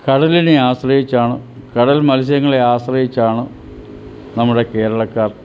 കടലിനെ ആശ്രയിച്ചാണ് കടൽ മത്സ്യങ്ങളെ ആശ്രയിച്ചാണ് നമ്മുടെ കേരളക്കാർ